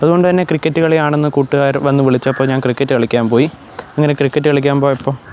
അതുകൊണ്ടുതന്നെ ക്രിക്കറ്റ് കളി ആണെന്ന് കൂട്ടുകാർ വന്ന് വിളിച്ചപ്പോൾ ഞാൻ ക്രിക്കറ്റ് കളിക്കാൻ പോയി അങ്ങനെ ക്രിക്കറ്റ് കളിക്കാൻ പോയപ്പം